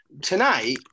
Tonight